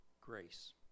grace